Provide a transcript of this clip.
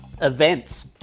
Events